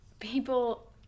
People